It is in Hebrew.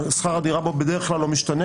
ושכר הדירה לא משתנה בו בדרך כלל.